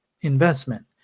investment